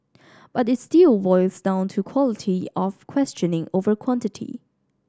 but it still boils down to quality of questioning over quantity